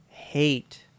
hate